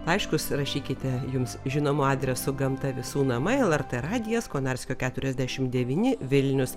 laiškus rašykite jums žinomu adresu gamta visų namai el er tė radijas konarskio keturiasdešimt devyni vilnius